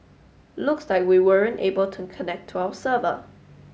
looks like we weren't able to connect to our server